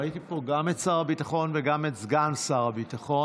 ראיתי פה גם את שר הביטחון וגם את סגן שר הביטחון.